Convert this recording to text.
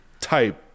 type